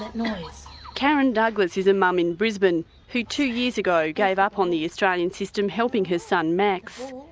and karren douglas is a mum in brisbane who two years ago gave up on the australian system helping her son max.